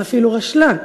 ואפילו רשלן.